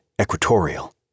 equatorial